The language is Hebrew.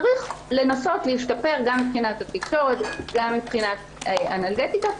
צריך לנסות להשתפר גם מבחינת הבדיקות גם מבחינת אנלגטיקה.